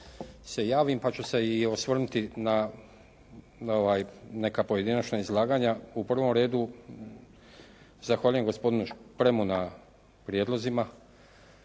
se javim, pa ću se osvrnuti na neka pojedinačna izlaganja. U prvom redu zahvaljujem gospodinu Špremu na prijedlozima.